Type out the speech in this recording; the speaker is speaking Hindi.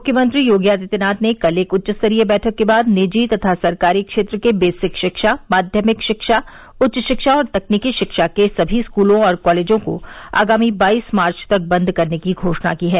मुख्यमंत्री योगी आदित्यनाथ ने कल एक उच्चस्तरीय बैठक के बाद निजी तथा सरकारी क्षेत्र के बेसिक शिक्षा माध्यमिक शिक्षा उच्च शिक्षा और तकनीकी शिक्षा के सभी स्कूलों और कॉलेजों को आगामी बाईस मार्च तक बन्द करने की घोषणा की है